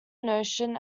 notion